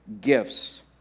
gifts